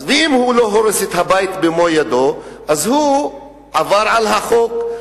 ואם הוא לא הורס את הבית במו ידיו אז הוא עבר על החוק,